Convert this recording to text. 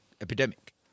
epidemic